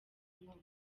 inkongi